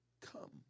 come